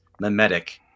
mimetic